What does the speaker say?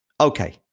Okay